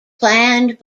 planned